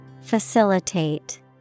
Facilitate